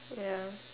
ya